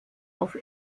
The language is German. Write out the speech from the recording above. auf